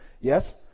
Yes